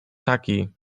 taki